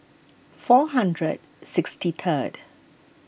four hundred sixty third